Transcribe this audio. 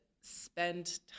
spend